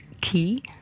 key